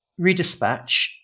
redispatch